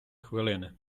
хвилини